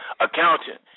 accountant